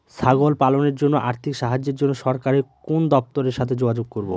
ছাগল পালনের জন্য আর্থিক সাহায্যের জন্য সরকারি কোন দপ্তরের সাথে যোগাযোগ করব?